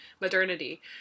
modernity